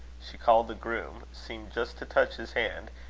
she called the groom, seemed just to touch his hand,